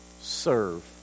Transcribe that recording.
serve